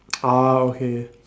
orh okay